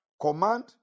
Command